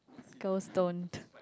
go stoned